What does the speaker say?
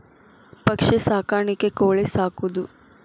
ಪಕ್ಷಿ ಸಾಕಾಣಿಕೆ ಕೋಳಿ ಸಾಕುದು